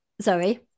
Sorry